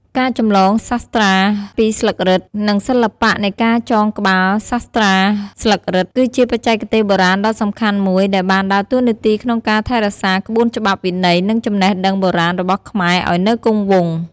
ការចម្លងសាត្រាពីស្លឹករឹត និងសិល្បៈនៃការចងក្បាលសាស្រ្តាស្លឹករឹត គឺជាបច្ចេកទេសបុរាណដ៏សំខាន់មួយដែលបានដើរតួនាទីក្នុងការថែរក្សាក្បួនច្បាប់ វិន័យ និងចំណេះដឹងបុរាណរបស់ខ្មែរឲ្យនៅគង់វង្ស។